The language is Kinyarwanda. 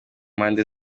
mpande